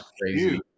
crazy